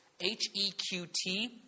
H-E-Q-T